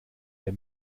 der